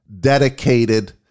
dedicated